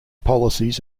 policies